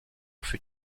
fut